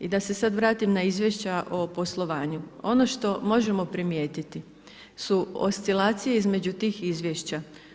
I da se sada vratim na izvješća o poslovanju, ono što možemo primijetiti su oscilacije između tih izvješća.